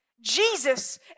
Jesus